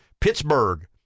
Pittsburgh